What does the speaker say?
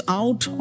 out